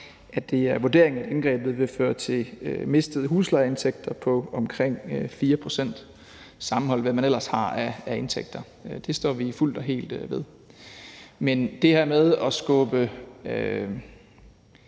at det er vurderingen, at indgrebet vil føre til mistede huslejeindtægter på omkring 4 pct., sammenholdt med hvad man ellers har af indtægter. Det står vi fuldt og helt ved. Men det her med at skubbe